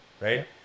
right